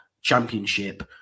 championship